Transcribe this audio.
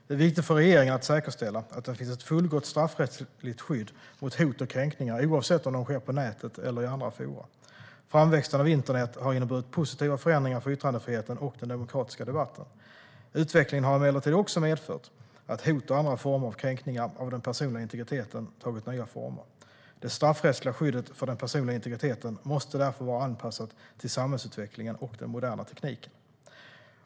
Det är viktigt för regeringen att säkerställa att det finns ett fullgott straffrättsligt skydd mot hot och kränkningar oavsett om de sker på nätet eller i andra forum. Framväxten av internet har inneburit positiva förändringar för yttrandefriheten och den demokratiska debatten. Utvecklingen har emellertid också medfört att hot och andra former av kränkningar av den personliga integriteten tagit nya former. Det straffrättsliga skyddet för den personliga integriteten måste därför vara anpassat till samhällsutvecklingen och den moderna tekniken.